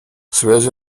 связь